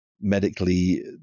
medically